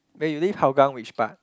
where you live Hougang which part